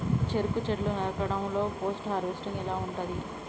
చెరుకు చెట్లు నరకడం లో పోస్ట్ హార్వెస్టింగ్ ఎలా ఉంటది?